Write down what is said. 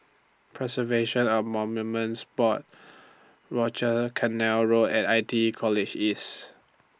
Preservation of Monuments Board Rochor Canal Road and I T E College East